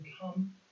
come